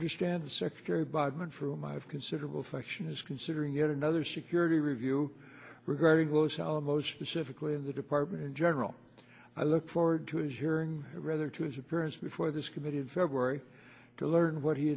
understand secretary bodman for whom i have considerable affection is considering yet another security review regarding los alamos specifically in the department in general i look forward to hearing rather to his appearance before this committee in february to learn what he